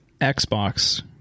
xbox